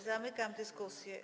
Zamykam dyskusję.